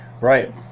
right